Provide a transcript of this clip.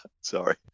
sorry